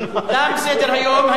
תם סדר-היום.